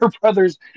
Brothers